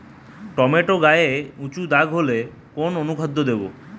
Tomato গায়ে উচু দাগ হলে কোন অনুখাদ্য দেবো?